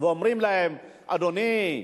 ואומרים להם: אדוני,